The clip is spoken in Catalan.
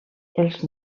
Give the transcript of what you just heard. els